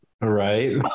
right